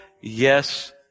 Yes